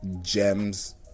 gems